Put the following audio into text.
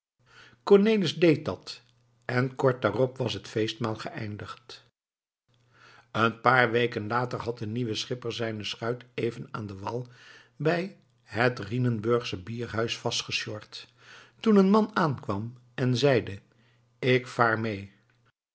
cornelis deed dat en kort daarop was het feestmaal geëindigd een paar weken later had de nieuwe schipper zijne schuit even aan den wal bij het rhinenburgsche bierhuis vastgesjord toen een man aankwam en zeide ik vaar mee